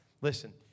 Listen